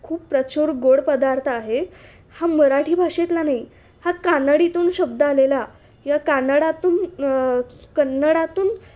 खूप प्रचूर गोड पदार्थ आहे हा मराठी भाषेतला नाही हा कानडीतून शब्द आलेला या कानडातून कन्नडातून